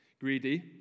greedy